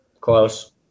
Close